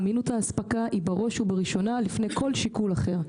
אמינות האספקה היא בראש ובראשונה לפני כל שיקול אחר,